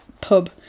pub